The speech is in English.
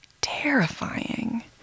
terrifying